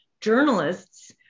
journalists